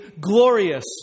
glorious